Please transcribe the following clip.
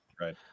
Right